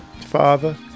father